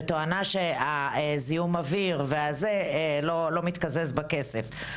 בתואנה שזיהום האוויר וכו' לא מתקזז בכסף.